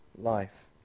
life